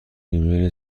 ریمیل